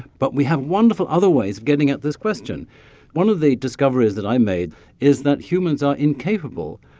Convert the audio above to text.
but we have wonderful other ways of getting at this question one of the discoveries that i made is that humans are incapable,